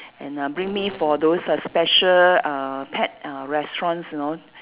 and uh bring me for those err special uh pet uh restaurants you know